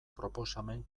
proposamen